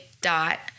dot